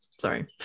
sorry